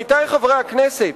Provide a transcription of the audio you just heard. עמיתי חברי הכנסת,